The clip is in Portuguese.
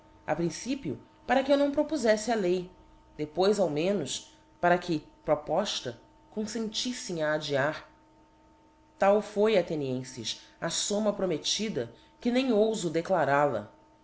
a principio para que eu não propofefle a lei depois ao menos para que propofta confentiffe em a addiar tal foi athenienfes a fomma promettida que nem oufo declaral a